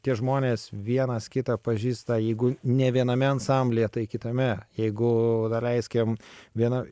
tie žmonės vienas kitą pažįsta jeigu ne viename ansamblyje tai kitame jeigu daeiskim viena